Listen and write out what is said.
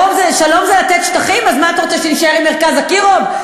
אז נקפיא את הבנייה.